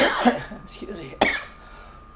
excuse me